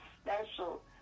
special